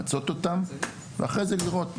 ממצים את התקציבים שיש לנו ואחרי זה לראות.